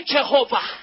Jehovah